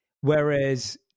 whereas